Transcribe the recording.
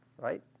right